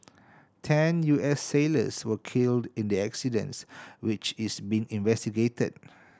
ten U S sailors were killed in the accident which is being investigated